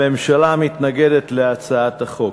הממשלה מתנגדת להצעת החוק.